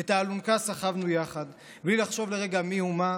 את האלונקה סחבנו יחד בלי לחשוב לרגע מי הוא מה.